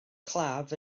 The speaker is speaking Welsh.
claf